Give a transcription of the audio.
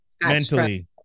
mentally